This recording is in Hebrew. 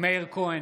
מאיר כהן,